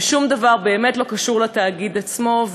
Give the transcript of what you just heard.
ושום דבר באמת לא קשור לתאגיד עצמו,